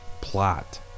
plot